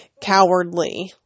cowardly